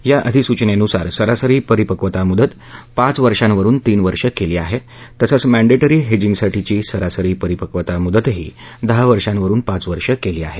या अधिसुनेनुसार सरासरी परिपक्वता मुदत पाच वर्षावरून तीन वर्ष केली आहे तसंच मँडेटरी हेजींगसाठीची सरासरी परिपक्वता मुदतही दहा वर्षावरून पाच वर्षे केली आहे